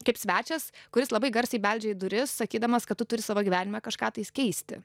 kaip svečias kuris labai garsiai beldžia į duris sakydamas kad tu turi savo gyvenime kažką tais keisti